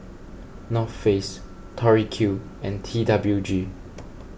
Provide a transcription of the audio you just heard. North Face Tori Q and T W G